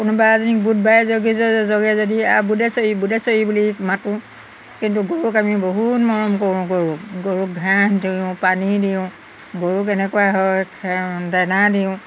কোনোবা এজনী বুধবাৰে জগে জগে যদি বুধেশ্বৰী বুধেশ্বৰী বুলি মাতোঁ কিন্তু গৰুক আমি বহুত মৰম কৰোঁ গৰুক গৰুক ঘাঁহ দিওঁ পানী দিওঁ গৰু কেনেকুৱা হয় খেৰ দানা দিওঁ